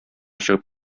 чыгып